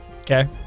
Okay